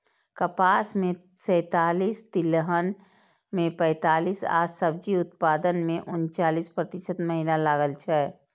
कपास मे सैंतालिस, तिलहन मे पैंतालिस आ सब्जी उत्पादन मे उनचालिस प्रतिशत महिला लागल छै